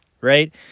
Right